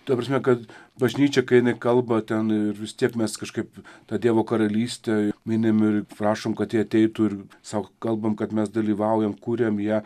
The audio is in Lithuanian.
ta prasme kad bažnyčia kai jinai kalba ten ir vis tiek mes kažkaip tą dievo karalystę minim ir prašom kad ji ateitų ir sau kalbam kad mes dalyvaujam kuriam ją